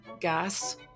gas